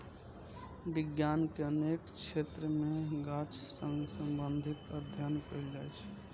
विज्ञान के अनेक क्षेत्र मे गाछ सं संबंधित अध्ययन कैल जाइ छै